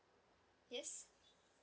yes